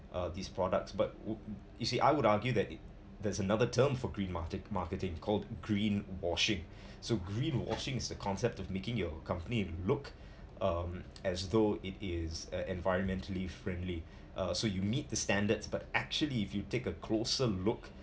uh these products but would you see I would argue that it there's another term for green marke~ marketing called green washing so green washing is the concept of making your company look um as though it is environmentally friendly uh so you meet the standards but actually if you take a closer look